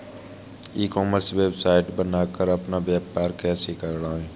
ई commerce website बनाकर अपना व्यापार कैसे बढ़ाएँ?